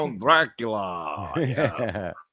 Dracula